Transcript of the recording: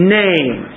name